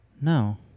no